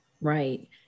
Right